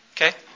Okay